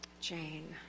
Jane